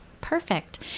Perfect